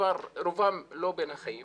רובם לא בין החיים